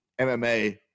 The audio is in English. mma